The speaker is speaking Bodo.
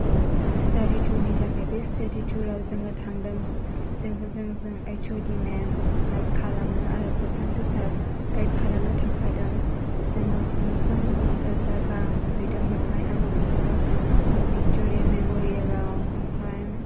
ओ स्टादि तुरनि थाखाय बे स्टादि टुराव जों थांदों जोङो जोेजों ओइस अ दि मेम गाइद खालामदों आरो प्रसान्त सार गाइद खालामनो थांफादों जोङो मोजां जायगा नुहैदों बेवहाय आरो जोङो भिकट'रिया मेमरियेल आवहाय